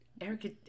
Erica